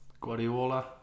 Guardiola